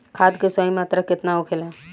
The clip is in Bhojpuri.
खाद्य के सही मात्रा केतना होखेला?